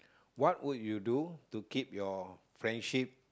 what would you do to keep your friendship